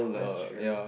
that's true